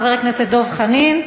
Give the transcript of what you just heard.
חבר הכנסת דב חנין,